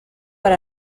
per